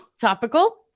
Topical